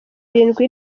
irindwi